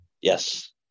Yes